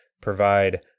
provide